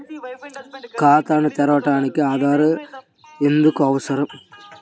ఖాతాను తెరవడానికి ఆధార్ ఎందుకు అవసరం?